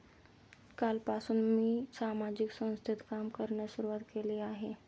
कालपासून मी सामाजिक संस्थेत काम करण्यास सुरुवात केली आहे